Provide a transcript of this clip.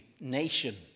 nation